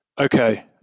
okay